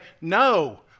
no